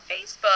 Facebook